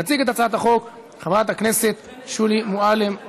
תציג את הצעת החוק חברת הכנסת שולי מועלם-רפאלי.